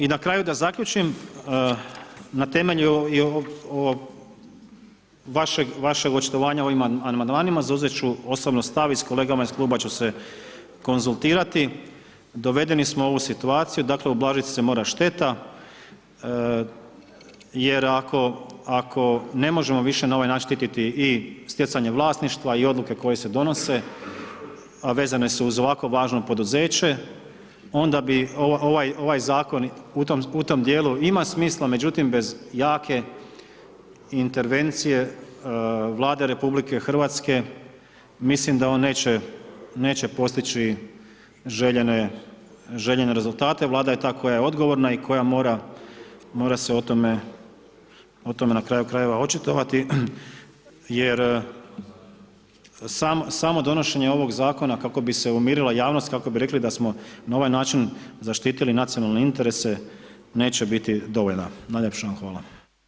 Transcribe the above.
I na kraju da zaključim, na temelju ovog vašeg očitovanja o ovim amandmanima zauzet ću osobno stav i s kolegama iz kluba ću se konzultirati, dovedeni smo u ovu situaciju, dakle, ublažiti se mora šteta jer ako ne možemo više na ovaj način štititi i stjecanje vlasništva i odluke koje se donose, a vezane su uz ovakvo važno poduzeće, onda bi ovaj zakon u tom dijelu ima smisla, međutim, bez jake intervencije Vlade RH, mislim da on neće postići željene rezultate, Vlada je ta koja je odgovorna i koja mora se o tome na kraju krajeva, očitovati jer samo donošenje ovog zakona kako bi se umirila javnost, kako bi rekli da smo na ovaj način zaštitili nacionalne interese, neće biti dovoljna, najljepša vam hvala.